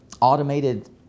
automated